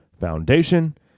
Foundation